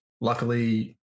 luckily